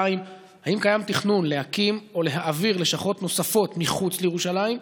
2. האם קיים תכנון להקים או להעביר לשכות נוספות מחוץ לירושלים?